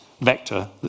vector